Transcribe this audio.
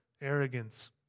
arrogance